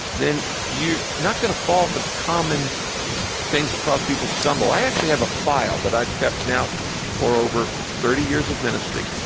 then you're not going to fall for the common things that cause people to stumble. i actually have a file that i've kept now for over thirty years of ministry,